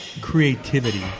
creativity